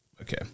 okay